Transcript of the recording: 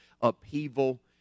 upheaval